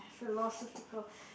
philosophical